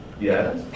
Yes